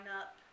up